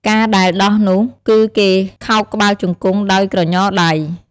ការដែលដោះនោះ គឺគេខោកក្បាលជង្គង់ដោយក្រញដៃ។